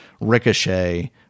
ricochet